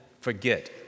forget